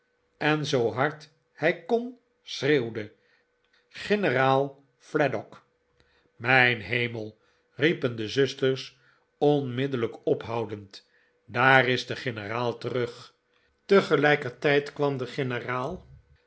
en zoo hard hij kon schreenwde generaal fladdock maarten chuzzlewit mijn hemell riepen de zusters onmiddellijk ophoudend daar is de generaal terug tegelijkertijd kwam de generaal